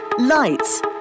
Lights